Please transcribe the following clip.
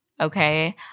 okay